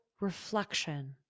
reflection